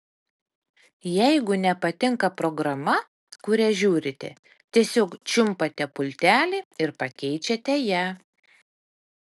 jeigu nepatinka programa kurią žiūrite tiesiog čiumpate pultelį ir pakeičiate ją